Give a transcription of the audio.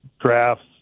drafts